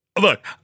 Look